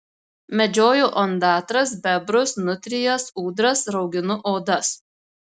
medžioju ondatras bebrus nutrijas ūdras rauginu odas